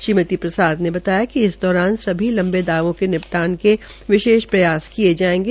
श्रीमती प्रसाद ने बताया कि इस दौरान सभी लंबे दावों के निपटान के विशेष प्रयास किये जायेंगे